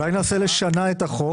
אולי נעשה לשנה את החוק?